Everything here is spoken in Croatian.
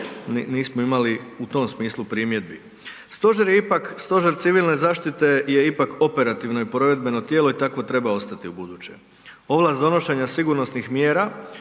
nismo imali u tom smislu primjedbi. Stožer je ipak, Stožer civilne zaštite je ipak operativno i provedbeno tijelo i takvo treba ostati u buduće. Ovlast donošenja sigurnosnih mjera